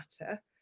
matter